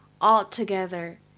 altogether